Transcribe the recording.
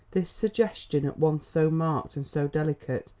this suggestion, at once so marked and so delicate,